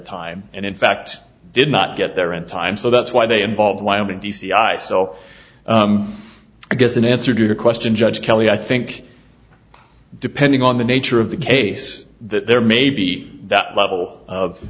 time and in fact did not get there in time so that's why they involved wyoming d c i so i guess in answer to your question judge kelly i think depending on the nature of the case that there may be that level